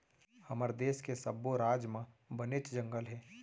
हमर देस के सब्बो राज म बनेच जंगल हे